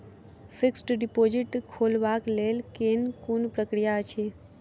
Fixed deposit खोलबाक लेल केँ कुन प्रक्रिया अछि?